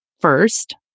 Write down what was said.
first